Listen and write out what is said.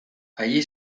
allí